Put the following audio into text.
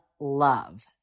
love